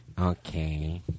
Okay